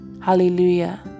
Hallelujah